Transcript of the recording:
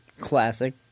classic